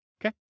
okay